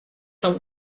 tam